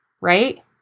right